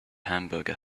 hamburger